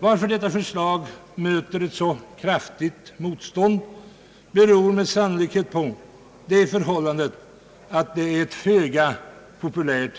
Att detta förslag möter ett så kraftigt motstånd beror med sannolikhet på att det är föga populärt.